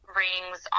rings